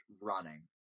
running